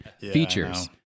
Features